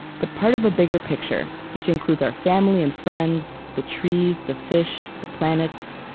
but part of a bigger picture which includes our family and friends, the trees, the fish, the planets,